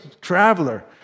traveler